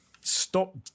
stop